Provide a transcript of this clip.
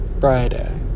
Friday